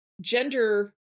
gender